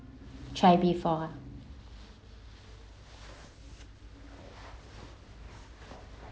try before ah